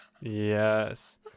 Yes